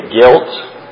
guilt